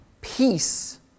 peace